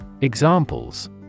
Examples